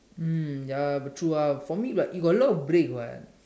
mm ya but true ah for me but you got a lot of break [what]